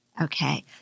Okay